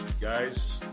guys